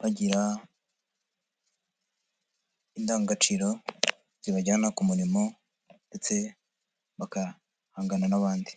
bagira indangagaciro zibajyana ku murimo ndetse bagahangana n'abandi.